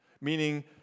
meaning